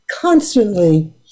constantly